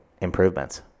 improvements